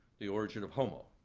the origin of homo,